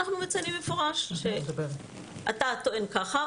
אנחנו מציינים במפורש: אתה טוען כך,